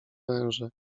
węże